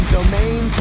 Domain